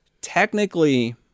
Technically